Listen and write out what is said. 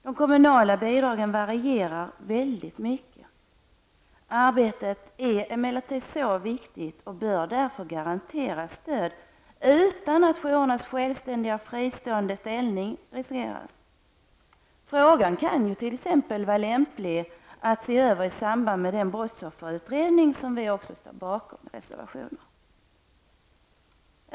De kommunala bidragen varierar väldigt mycket. Arbetet är emellertid viktigt och bör därför garanteras stöd utan att jourernas självständiga och fristående ställning riskeras. Frågan kan vara lämplig att se över t.ex. i samband med den brottsofferutredning som föreslås i en reservation som också centern står bakom.